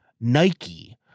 Nike